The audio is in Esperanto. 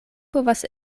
povas